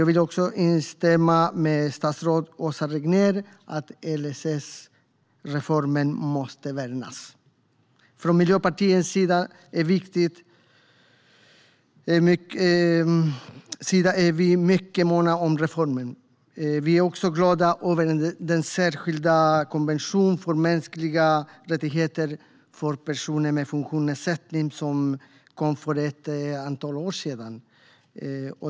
Jag vill också instämma med statsrådet Åsa Regnér om att LSS-reformen måste värnas. Från Miljöpartiets sida är vi mycket måna om reformen. Vi är också glada över den särskilda konvention för mänskliga rättigheter för personer med funktionsnedsättning som kom för ett antal år sedan.